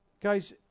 Guys